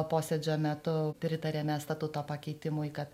posėdžio metu pritarėme statuto pakeitimui kad